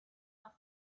are